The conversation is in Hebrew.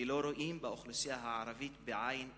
לא רואות את האוכלוסייה האזרחית בעין אזרחית,